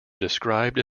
described